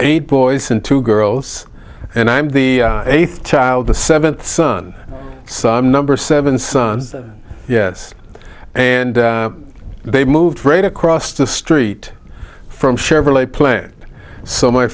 eight boys and two girls and i'm the eighth child the seventh son son number seven sons yes and they moved rate across the street from chevrolet plant so my